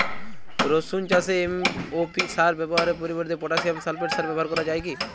রসুন চাষে এম.ও.পি সার ব্যবহারের পরিবর্তে পটাসিয়াম সালফেট সার ব্যাবহার করা যায় কি?